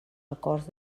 records